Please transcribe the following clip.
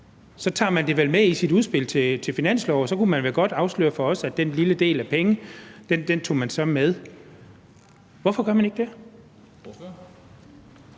tager man det vel med i sit udspil til en finanslov, og så kunne man vel godt afsløre for os, at den lille del penge tog man så med. Hvorfor gør man ikke det?